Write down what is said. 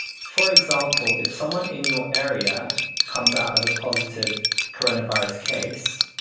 for example, if someone in your area comes out as a positive coronavirus case,